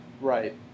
right